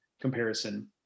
comparison